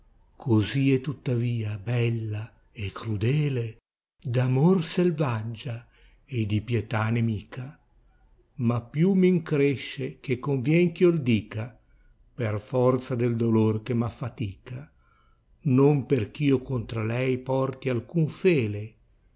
goti è tuttavia bella e crudele d'amor selvaggia e di pietà nemica ma più m incresce che convien ch io dica per forza del dolor che m affatica non perch io contr a lei porti alcun fele